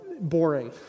boring